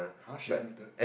!huh! she admitted